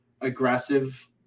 aggressive